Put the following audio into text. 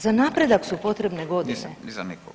Za napredak su potrebne godine.